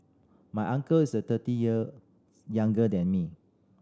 my uncle is the thirty years younger than me